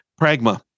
Pragma